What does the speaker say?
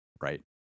right